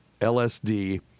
LSD